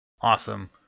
Awesome